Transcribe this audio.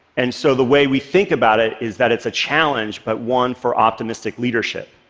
and so the way we think about it is that it's a challenge, but one for optimistic leadership,